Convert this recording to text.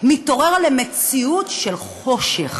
מתעורר למציאות של חושך.